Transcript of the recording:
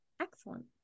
excellent